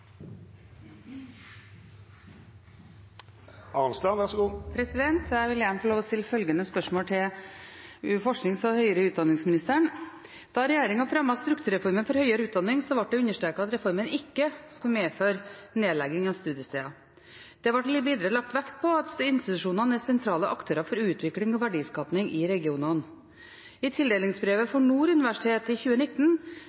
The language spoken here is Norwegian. strukturreformen for høyere utdanning, ble det understreket at reformen ikke skulle medføre nedlegging av studiesteder. Det ble videre vektlagt at institusjonene er sentrale aktører for utvikling og verdiskaping i regionene. I tildelingsbrevet